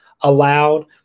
allowed